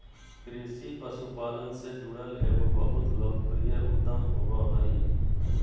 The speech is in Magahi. कृषि पशुपालन से जुड़ल एगो बहुत लोकप्रिय उद्यम होबो हइ